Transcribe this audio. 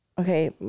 okay